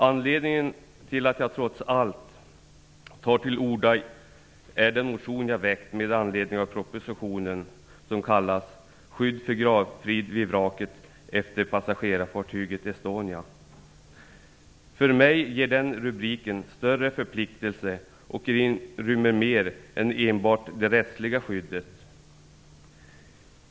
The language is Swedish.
Anledningen till att jag trots allt tar till orda är den motion jag väckt med anledning av propositionen, som kallas "Skydd för gravfriden vid vraket efter passagerarfartyget Estonia". För mig ger den rubriken större förpliktelse och inrymmer mer än enbart det rättsliga skyddet.